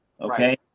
Okay